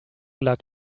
luck